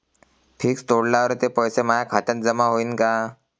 Fix तोडल्यावर ते पैसे माया खात्यात जमा होईनं का?